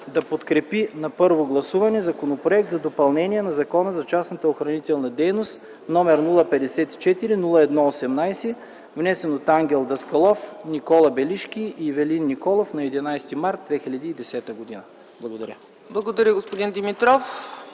да подкрепи на първо гласуване Законопроект за допълнение на Закона за частната охранителна дейност, № 054-01-18, внесен от Ангел Даскалов, Никола Белишки и Ивелин Николов на 11.03.2010 г.” Благодаря. ПРЕДСЕДАТЕЛ ЦЕЦКА ЦАЧЕВА: Благодаря, господин Димитров.